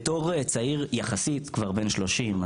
בתור צעיר יחסית כבר בן 30,